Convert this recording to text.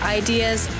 ideas